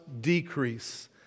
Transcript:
decrease